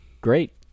Great